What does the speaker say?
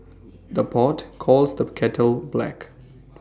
the pot calls the kettle black